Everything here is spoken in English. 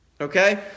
Okay